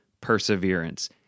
perseverance